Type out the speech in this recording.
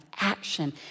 action